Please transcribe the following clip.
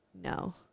no